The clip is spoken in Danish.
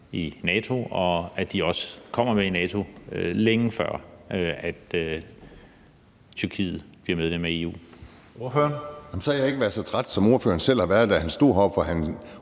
i NATO, og at de også kommer med i NATO, længe før Tyrkiet bliver medlem af EU.